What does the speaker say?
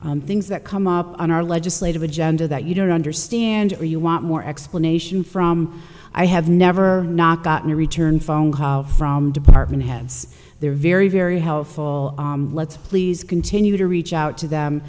city things that come up on our legislative agenda that you don't understand or you want more explanation from i have never gotten a return phone call from department heads they're very very helpful let's please continue to reach out to them